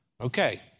Okay